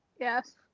yes